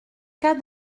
cas